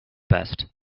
best